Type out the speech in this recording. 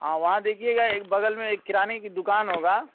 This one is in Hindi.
हाँ वहाँ देखिएगा एक बगल में एक किराने की दुकान होगा